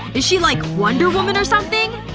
is she, like, wonder woman or something?